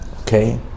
Okay